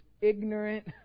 ignorant